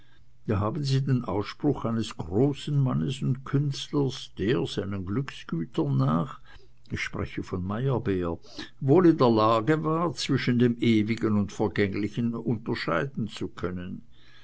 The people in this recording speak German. da haben sie den ausspruch eines großen mannes und künstlers der seinen glücksgütern nach ich spreche von meyerbeer wohl in der lage war zwischen dem ewigen und vergänglichen unterscheiden zu können